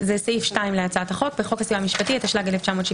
וחושפות את צפונות לבן שזה משהו מאוד תחום